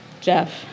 Jeff